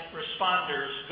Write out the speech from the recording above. responders